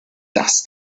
das